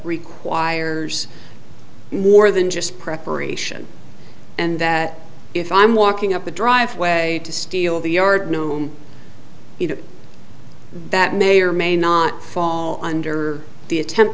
requires more than just preparation and that if i'm walking up the driveway to steal the yard gnome you know that may or may not fall under the attempt